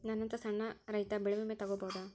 ನನ್ನಂತಾ ಸಣ್ಣ ರೈತ ಬೆಳಿ ವಿಮೆ ತೊಗೊಬೋದ?